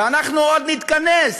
ואנחנו עוד נתכנס